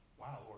wow